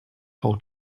how